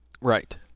right